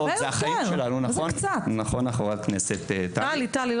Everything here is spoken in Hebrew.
נכון, חברת הכנסת טלי.